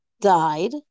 died